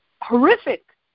horrific